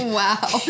wow